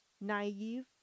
naive